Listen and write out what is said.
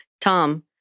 Tom